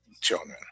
children